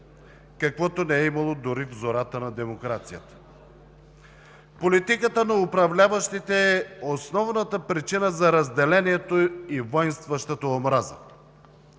каквото не е имало дори в зората на демокрацията. Политиката на управляващите е основната причина за разделението и войнстващата омраза.